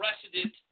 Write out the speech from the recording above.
precedent